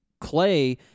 Clay